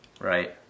Right